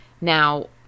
Now